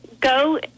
go